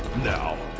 now,